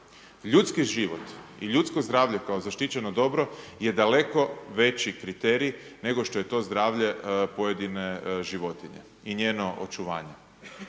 Ljudski život i ljudsko zdravlje kao zaštićeno dobro je daleko veći kriterij nego što je to zdravlje pojedine životinje i njeno očuvanje.